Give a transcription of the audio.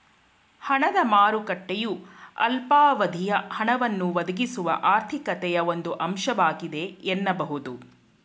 ಹಣದ ಮಾರುಕಟ್ಟೆಯು ಅಲ್ಪಾವಧಿಯ ಹಣವನ್ನ ಒದಗಿಸುವ ಆರ್ಥಿಕತೆಯ ಒಂದು ಅಂಶವಾಗಿದೆ ಎನ್ನಬಹುದು